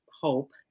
hope